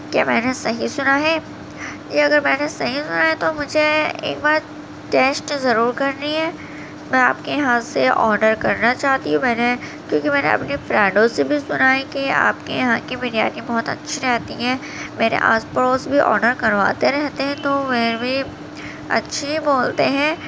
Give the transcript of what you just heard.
کیا میں نے صحیح سنا ہے یہ اگر میں نے صحیح سنا ہے تو مجھے ایک بار ٹیسٹ ضرور کرنی ہے میں آپ کے یہاں سے آڈر کرنا چاہتی ہوں میں نے کیونکہ میں نے اپنی فرینڈوں سے بھی سنا ہے کہ آپ کے یہاں کی بریانی بہت اچھی رہتی ہے میرے آس پڑوس بھی آڈر کرواتے رہتے ہیں تو وہ بھی اچھی بولتے ہیں